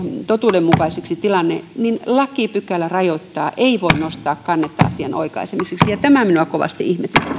totuudenmukaiseksi tilanne lakipykälä rajoittaa eikä voi nostaa kannetta asian oikaisemiseksi tämä minua kovasti